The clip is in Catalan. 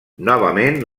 novament